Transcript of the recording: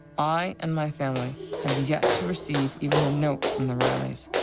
i and my family have yet to receive even a note from the reillys.